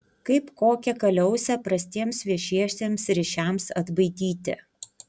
kaip kokią kaliausę prastiems viešiesiems ryšiams atbaidyti